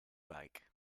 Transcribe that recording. like